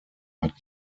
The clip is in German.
hat